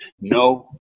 no